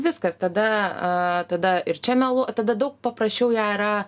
viskas tada tada ir čia meluo tada daug paprasčiau ją yra